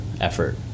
effort